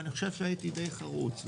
ואני חושב שהייתי דיי חרוץ,